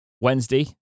Wednesday